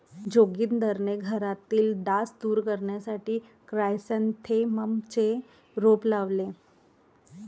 जोगिंदरने घरातील डास दूर करण्यासाठी क्रायसॅन्थेममचे रोप लावले